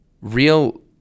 real